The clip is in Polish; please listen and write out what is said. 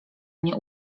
mnie